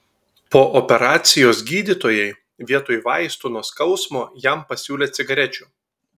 po operacijos gydytojai vietoj vaistų nuo skausmo jam pasiūlė cigarečių